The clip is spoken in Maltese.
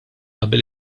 qabel